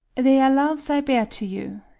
they are loves i bear to you.